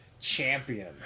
champion